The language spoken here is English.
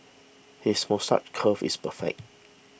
his moustache curl is perfect